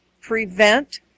prevent